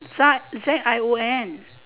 Za Z I O N